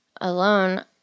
alone